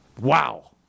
wow